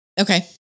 Okay